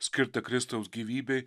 skirtą kristaus gyvybei